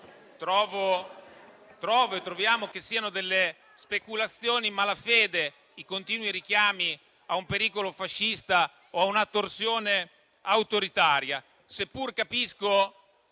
Troviamo che siano delle speculazioni in malafede i continui richiami a un pericolo fascista o a una torsione autoritaria,